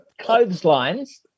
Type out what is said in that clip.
clotheslines